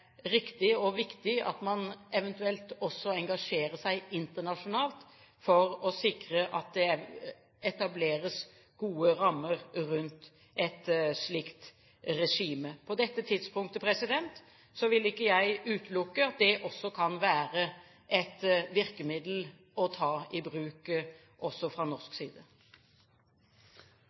riktig og viktig at man eventuelt også engasjerer seg internasjonalt for å sikre at det etableres gode rammer rundt et slikt regime. På dette tidspunktet vil ikke jeg utelukke at det også kan være et virkemiddel å ta i bruk fra norsk side.